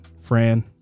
Fran